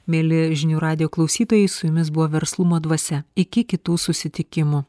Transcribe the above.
mieli žinių radijo klausytojai su jumis buvo verslumo dvasia iki kitų susitikimų